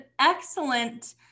excellent